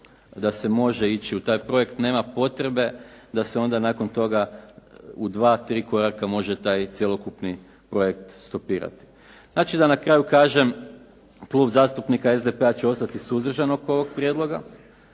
da se može ići u taj projekt, nema potrebe da se onda nakon toga u dva-tri koraka može taj cjelokupni projekt stopirati. Znači da na kraju kažem, Klub zastupnika SDP-a će ostati suzdržan oko ovog prijedloga